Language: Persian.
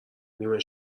نیمه